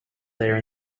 there